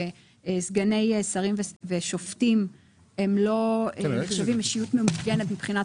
שסגני שרים ושופטים הם לא נחשבים אישיות ממוגנת מבחינת